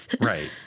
Right